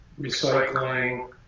recycling